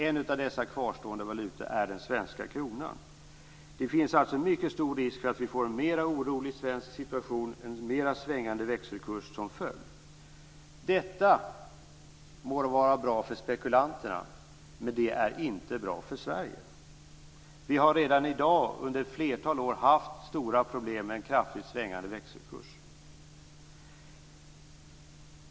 En av dessa kvarstående valutor är den svenska kronan. Det finns alltså en mycket stor risk för att vi får en mer orolig svensk situation och en mer svängande växelkurs som följd. Detta må vara bra för spekultanterna, men det är inte bra för Sverige. Vi har redan under ett flertal år haft stora problem med en kraftigt svängande växelkurs.